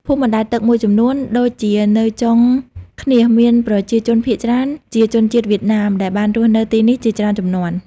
ភូមិបណ្ដែតទឹកមួយចំនួនដូចជានៅចុងឃ្នៀសមានប្រជាជនភាគច្រើនជាជនជាតិវៀតណាមដែលបានរស់នៅទីនេះជាច្រើនជំនាន់។